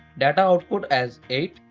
data output as eight,